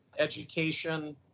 education